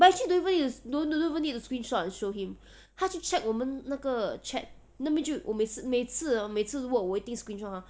but actually don't even need to no don't even need to screenshot and show him 他去 check 我们那个 chat 那边就我每次每次每次 work 我一定 screenshot 它